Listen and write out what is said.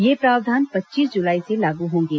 ये प्रावधान पच्चीस जुलाई से लागू होंगे